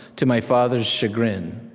to my father's chagrin.